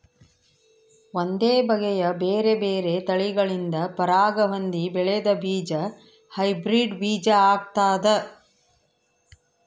ಒಂದೇ ಬಗೆಯ ಬೇರೆ ಬೇರೆ ತಳಿಗಳಿಂದ ಪರಾಗ ಹೊಂದಿ ಬೆಳೆದ ಬೀಜ ಹೈಬ್ರಿಡ್ ಬೀಜ ಆಗ್ತಾದ